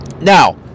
Now